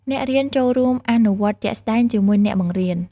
អ្នករៀនចូលរួមអនុវត្តជាក់ស្តែងជាមួយអ្នកបង្រៀន។